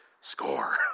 score